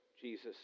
Jesus